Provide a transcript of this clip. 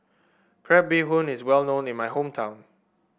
Crab Bee Hoon is well known in my hometown